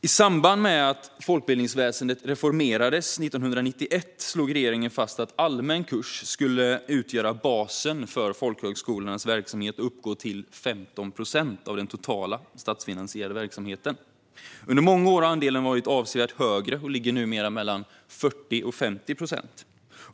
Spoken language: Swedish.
I samband med att folkbildningsväsendet reformerades 1991 slog regeringen fast att allmän kurs skulle utgöra basen för folkhögskolornas verksamhet och uppgå till 15 procent av den totala statsfinansierade verksamheten. Under många år har andelen varit avsevärt högre och ligger numera mellan 40 och 50 procent.